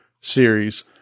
series